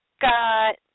Got